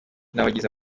n’abagize